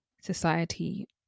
society